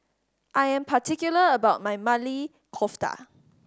I am particular about my Maili Kofta